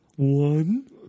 One